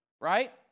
right